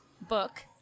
book